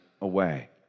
away